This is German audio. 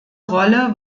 rolle